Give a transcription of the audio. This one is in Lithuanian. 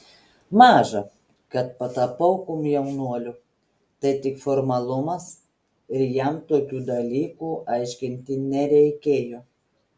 maža kad patapau komjaunuoliu tai tik formalumas ir jam tokių dalykų aiškinti nereikėjo